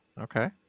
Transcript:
Okay